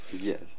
Yes